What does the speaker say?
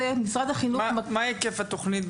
מהו היקף התכנית,